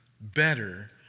better